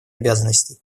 обязанностей